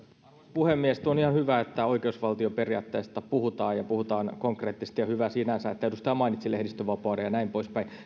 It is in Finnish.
puhemies on ihan hyvä että oikeusvaltioperiaatteesta puhutaan ja puhutaan konkreettisesti ja on hyvä sinänsä että edustaja mainitsi lehdistönvapauden ja näin poispäin